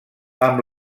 amb